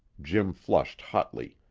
jim flushed hotly.